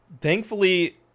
thankfully